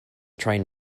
train